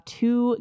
two